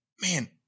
man